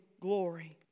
glory